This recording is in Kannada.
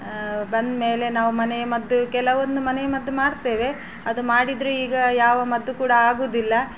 ಬಂದ ಮೇಲೆ ನಾವು ಮನೆಮದ್ದು ಕೆಲವೊಂದು ಮನೆಮದ್ದು ಮಾಡ್ತೇವೆ ಅದು ಮಾಡಿದರೆ ಈಗ ಯಾವ ಮದ್ದು ಕೂಡ ಆಗೋದಿಲ್ಲ